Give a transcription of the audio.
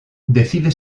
decide